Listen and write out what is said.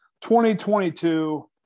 2022